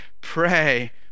pray